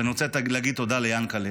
ואני רוצה להגיד תודה ליענקל'ה.